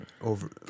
over